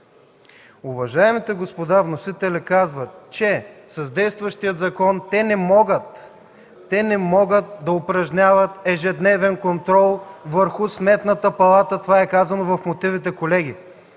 Уважаемите господа вносители казват, че с действащия закон те не могат да упражняват ежедневен контрол върху Сметната палата. Това е казано в мотивите, колеги.